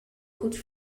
goeds